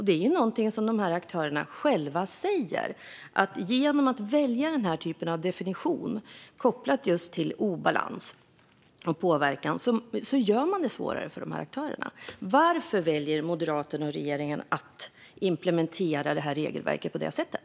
Dessa aktörer säger ju själva att man genom att välja denna typ av definition, med koppling till obalans och påverkan, gör det svårare för dem. Varför väljer Moderaterna och regeringen att implementera regelverket på det sättet?